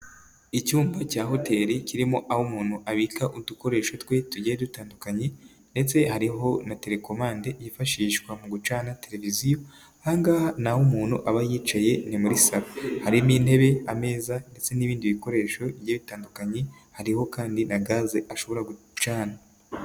Icyumba cya hoteli kirimo aho umuntu abika udukoresho twe, tugiye dutandukanye ndetse hariho na telekomande yifashishwa mu gucana televiziyo. Aha ngaha ni aho umuntu aba yicaye ni muri salo. Harimo intebe, ameza ndetse n'ibindi bikoresho bigiye bitandukanye. Hariho kandi na gaze umuntu ashobora gucana.